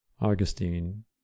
Augustine